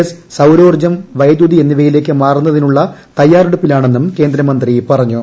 S സൌരോർജ്ജം വൈദ്യുതി എന്നിവയിലേക്ക് മാറുന്നതിനുള്ള തയ്യാറെടുപ്പിലാണെന്നും കേന്ദ്രമന്ത്രി പറഞ്ഞു